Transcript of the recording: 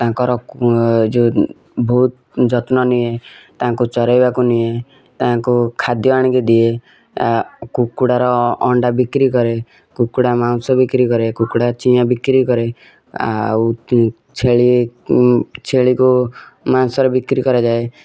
ତାଙ୍କର ଯେଉଁ ଭହୁତ୍ ଯତ୍ନ ନିଏ ତାଙ୍କୁ ଚରେଇବାକୁ ନିଏ ତାଙ୍କୁ ଖାଦ୍ୟ ଆଣିକି ଦିଏ କୁକୁଡ଼ାର ଅଣ୍ଡା ବକ୍ରି କରେ କୁକୁଡ଼ା ମାଉଁସ ବିକ୍ରି କରେ କୁକୁଡ଼ା ଚିଆଁ ବିକ୍ରି କରେ ଆଉ ଛେଳି ଛେଳିକୁ ମାଂସରେ ବିକ୍ରି କରାଯାଏ